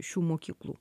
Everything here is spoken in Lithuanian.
šių mokyklų